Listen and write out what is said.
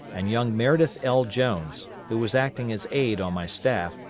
and young meredith l. jones, who was acting as aide on my staff,